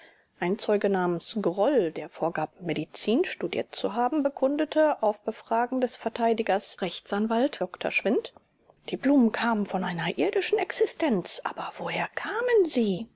ein zeuge namens groll der vorgab medizin studiert zu haben bekundete auf befragen des vert r a dr schwindt die blumen kamen von einer irdischen existenz aber woher kamen sie